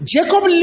Jacob